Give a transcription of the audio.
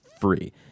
free